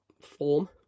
form